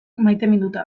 maiteminduta